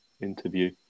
interview